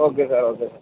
okay okay sir